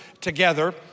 together